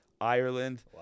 Ireland